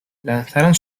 lanzaron